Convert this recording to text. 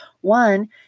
One